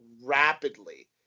rapidly